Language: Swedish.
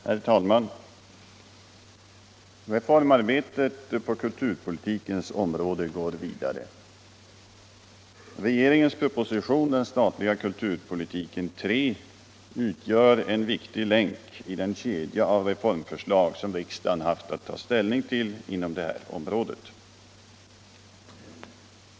Herr talman! Reformarbetet på kulturpolitikens område går vidare. Regeringens proposition, Den statliga kulturpolitiken 3, utgör en viktig länk i den kedja av reformförslag som riksdagen haft att ta ställning till inom detta område.